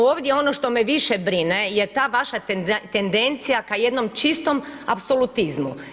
Ovdje ono što me više brine je ta vaša tendencija ka jednom čistom apsolutizmu.